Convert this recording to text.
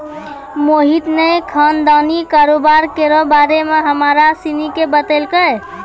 मोहित ने खानदानी कारोबार केरो बारे मे हमरा सनी के बतैलकै